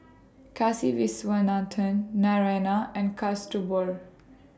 Kasiviswanathan Naraina and Kasturba